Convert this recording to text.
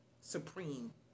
supreme